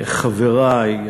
חברי,